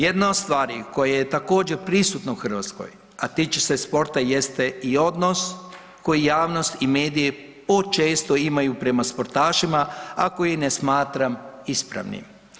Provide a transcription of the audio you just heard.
Jedna od stvari koja je također prisutna u Hrvatskoj, a tiče se sporta jeste i odnos koji javnost i mediji počesto imaju prema sportašima, a koji ne smatram ispravnim.